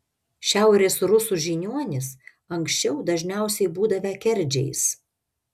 šiaurės rusų žiniuonys anksčiau dažniausiai būdavę kerdžiais